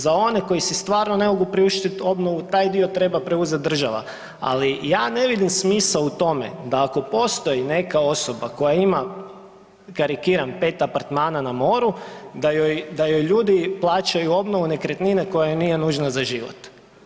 Za one koji si stvarno ne mogu priuštit obnovu taj dio treba preuzet država, ali ja ne vidim smisao u tome da ako postoji neka osoba koja ima, karikiram, 5 apartmana na moru da joj, da joj ljudi plaćaju obnovu nekretnine koja joj nije nužna za život.